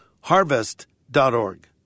harvest.org